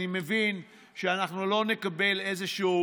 אני מבין שאנחנו לא נקבל איזשהו